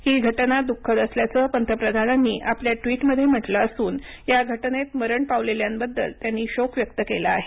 ही घटना दुःखद असल्याचं पंतप्रधानांनी आपल्या ट्विटमध्ये म्हटलं असून या घटनेत मरण पावलेल्यांबद्दल त्यांनी शोक व्यक्त केला आहे